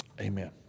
Amen